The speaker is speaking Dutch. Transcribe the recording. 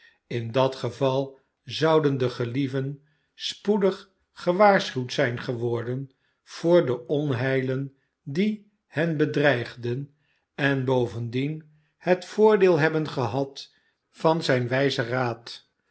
in dat geval zouden de gelieven spoedig gewaarschuwd zijn geworden voor de onheilen die hen bedreigden en bovendien het voordeel hebben gehad van zijn wijzen raad